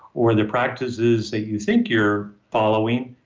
or the practices that you think you're following,